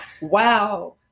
wow